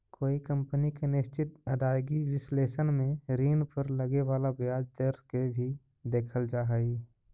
कोई कंपनी के निश्चित आदाएगी विश्लेषण में ऋण पर लगे वाला ब्याज दर के भी देखल जा हई